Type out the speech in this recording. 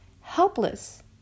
Helpless